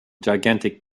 gigantic